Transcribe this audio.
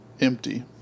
empty